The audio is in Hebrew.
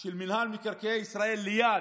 של מינהל מקרקעי ישראל ליד,